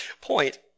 point